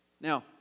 Now